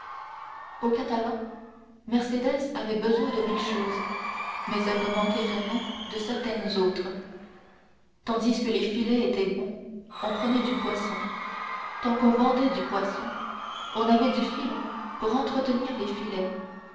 aux catalans mercédès avait besoin de mille choses mais elle ne manquait jamais de certaines autres tant que les filets étaient bons on prenait du poisson tant qu'on vendait du poisson on avait du fil pour entretenir les filets